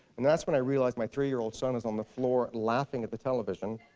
and that's when i realized my three-year-old son was on the floor laughing at the television,